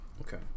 Okay